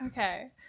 Okay